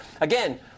again